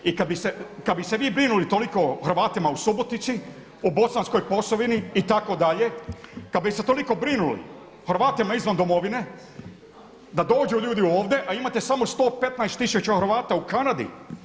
I kad bi se vi brinuli toliko o Hrvatima u Subotici u Bosanskoj Posavini itd., kad bi se toliko brinuli o Hrvatima izvan Domovine da dođu ljudi ovdje, a imate samo 115000 Hrvata u Kanadi.